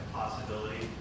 possibility